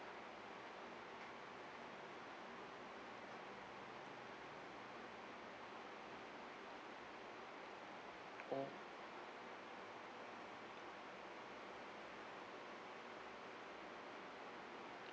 oh